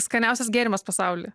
skaniausias gėrimas pasauly